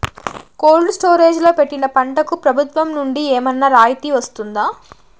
Cold storage లో పెట్టిన పంటకు ప్రభుత్వం నుంచి ఏమన్నా రాయితీ వస్తుందా?